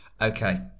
okay